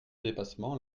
dépassement